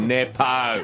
Nepo